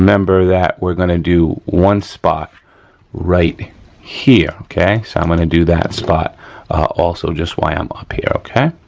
remember that we're gonna do one spot right here, okay, so i'm gonna do that spot also just while i'm up here, okay.